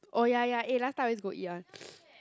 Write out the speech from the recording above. oh ya ya eh last time I always go eat [one]